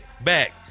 back